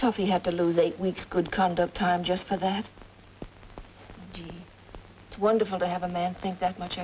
tough you have to lose eight weeks good conduct time just for that it's wonderful to have a man think that much